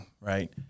right